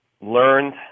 learned